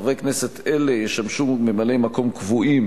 חברי כנסת אלה ישמשו ממלאי-מקום קבועים